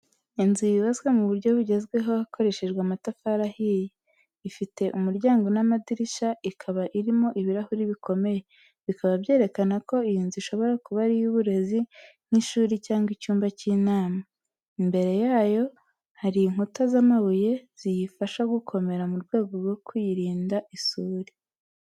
Inzu yubatswe mu buryo bugezweho hakoreshejwe amatafari ahiye. Ifite umuryango n'amadirishya, ikaba irimo ibirahuri bikomeye, bikaba byerekana ko iyi nzu ishobora kuba ari iy'uburezi, nk’ishuri cyangwa icyumba cy’inama. Imbere yayo hari inkuta z’amabuye ziyifasha gukomera mu rwego rwo kuyirinda isuri.